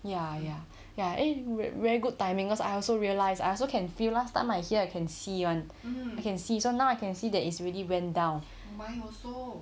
ya ya ya eh very good timing cause I also realised I also can feel last time I here I can see [one] so now I can see that it's really went down